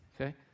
okay